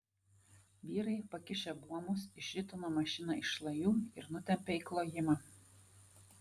vyrai pakišę buomus išritino mašiną iš šlajų ir nutempė į klojimą